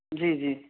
جی جی